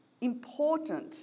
important